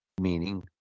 meaning